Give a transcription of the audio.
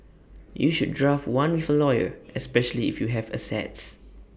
you should draft one with A lawyer especially if you have assets